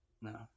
no